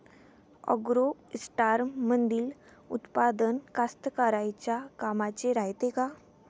ॲग्रोस्टारमंदील उत्पादन कास्तकाराइच्या कामाचे रायते का?